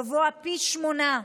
גבוה פי שמונה,